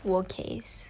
Okays